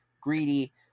greedy